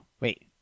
Wait